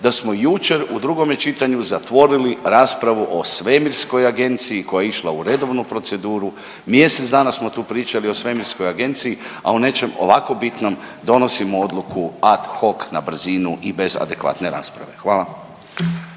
da smo jučer u drugome čitanju zatvorili raspravu o svemirskoj agenciji koja je išla u proceduru. Mjesec dana smo tu pričali o svemirskoj agenciji, a o nečem ovako bitnom donosimo odluku ad hoc na brzinu i bez adekvatne rasprave, hvala.